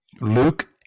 Luke